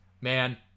man